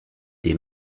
des